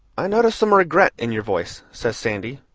i notice some regret in your voice, says sandy,